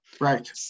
Right